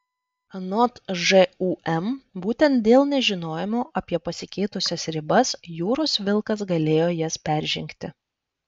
anot žūm būtent dėl nežinojimo apie pasikeitusias ribas jūros vilkas galėjo jas peržengti